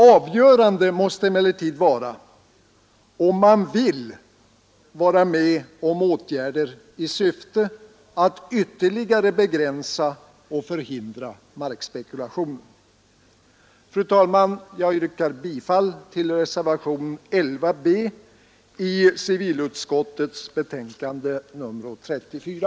Avgörande är emellertid om man vill vara med om åtgärder i syfte att ytterligare begränsa och förhindra markspekulationer. Fru talman! Jag yrkar bifall till reservationen 11 b till civilutskottets betänkande nr 34.